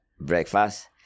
breakfast